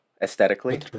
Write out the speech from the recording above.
Aesthetically